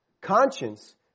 conscience